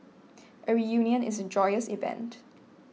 a reunion is a joyous event